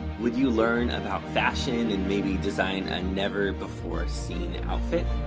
would you learn about fashion and maybe design a never-before-seen outfit?